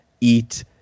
eat